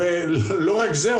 לא רק זה,